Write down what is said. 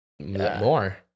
More